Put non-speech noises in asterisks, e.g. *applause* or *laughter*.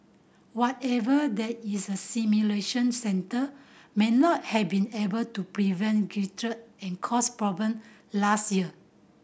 whatever there is a simulation centre may not have been able to prevent *unintelligible* and caused problem last year